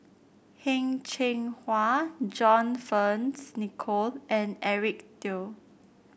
Heng Cheng Hwa John Fearns Nicoll and Eric Teo